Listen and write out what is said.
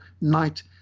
night